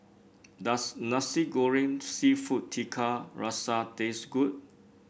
does Nasi Goreng seafood Tiga Rasa taste good